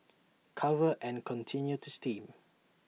cover and continue to steam